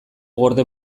gorde